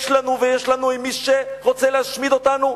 יש לנו ויש לנו עם מי שרוצה להשמיד אותנו,